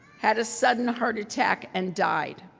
had a sudden heart attack and died.